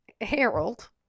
harold